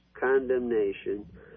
condemnation